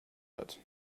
hat